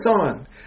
on